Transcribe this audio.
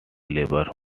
labour